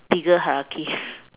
bigger hierarchy